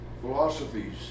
philosophies